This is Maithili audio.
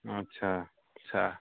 अच्छा अच्छा